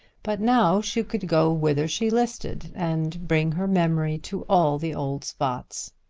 but now she could go whither she listed and bring her memory to all the old spots.